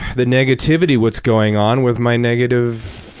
the negativity what's going on with my negative